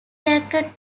reacted